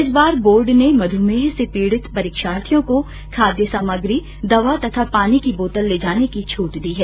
इस बार बोर्ड ने मध्रमेह से पीड़ित परीक्षार्थियों को खाद्य सामग्री दवा तथा पानी की बोतल ले जाने की छूट दी है